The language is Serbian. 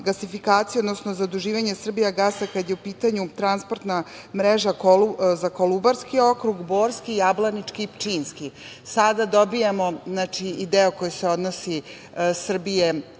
gasifikaciju, odnosno zaduživanje „Srbijagasa“ kada je u pitanju transportna mreža za Kolubarski okrug, Borski, Jablanički i Pčinjski. Sada dobijamo i deo Srbije koji se odnosi za